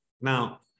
Now